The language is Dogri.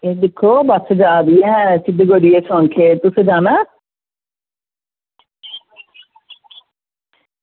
तुस दिक्खो बस्स जा दी ऐ सिद्ध गोरिया स्वांखै तुसें जाना ऐ